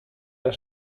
der